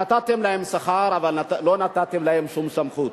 נתתם להם שכר, אבל לא נתתם להם שום סמכות.